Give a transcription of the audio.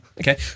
okay